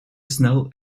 snel